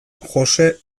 jose